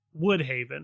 Woodhaven